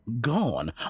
gone